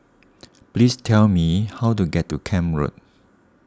please tell me how to get to Camp Road